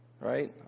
Right